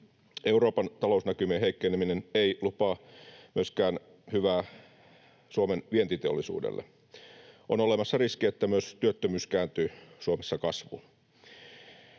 Euroopan talousnäkymien heikkeneminen ei lupaa myöskään hyvää Suomen vientiteollisuudelle. On olemassa riski, että myös työttömyys kääntyy Suomessa kasvuun.